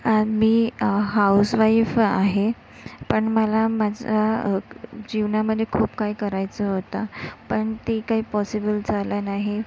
आणि मी housewife आहे पण मला माझ्या जीवनामध्ये खूप काही करायचं होतं पण ते काही पॉसिबल झालं नाही